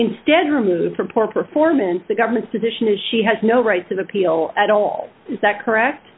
instead removed for poor performance the government's position is she has no rights of appeal at all is that correct